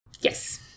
Yes